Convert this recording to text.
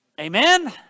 Amen